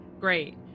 Great